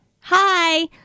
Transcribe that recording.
Hi